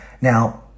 Now